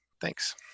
Thanks